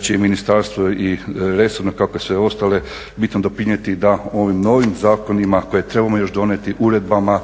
će i ministarstvo i resorno kao i sve ostale bitno doprinijeti da ovim novim zakonima koje trebamo još donijeti, uredbama